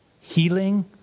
healing